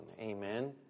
Amen